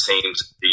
teams